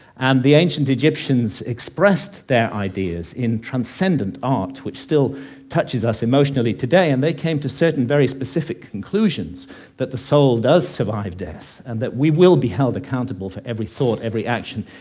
and the ancient egyptians expressed their ideas in transcendent art, which still touches us emotionally today. and they came to certain very specific conclusions that the soul does survive death and that we will be held accountable for every thought, every action,